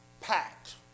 packed